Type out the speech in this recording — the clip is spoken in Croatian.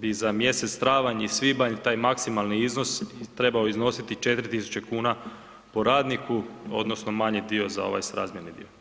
bi za mjesec travanj i svibanj taj maksimalni iznos trebao iznosi 4.000 kuna po radniku odnosno manji dio za ovaj srazmjerni dio.